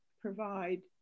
provide